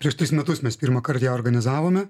prieš metus mes pirmąkart ją organizavome